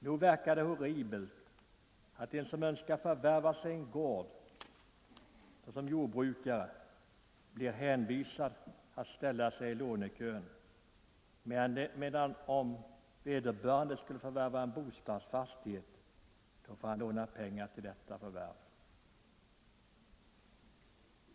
Nog verkar det horribelt att den som önskar köpa en gård, t ex. en jordbrukare, blir hänvisad till att ställa sig i lånekön, medan den som förvärvar en bostadsfastighet får låna pengar till detta förvärv.